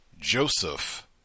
Joseph